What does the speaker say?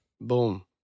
Boom